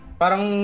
parang